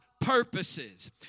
purposes